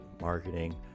marketing